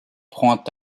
prend